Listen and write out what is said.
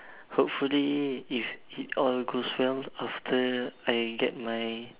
hopefully if it all goes well after I get my